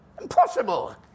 impossible